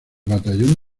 batallón